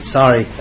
Sorry